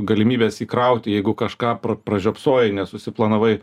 galimybės įkrauti jeigu kažką pra pražiopsojai nesusiplanavai